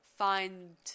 find